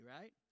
right